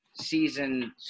season